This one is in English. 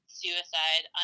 suicide